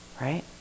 right